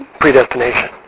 predestination